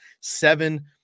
seven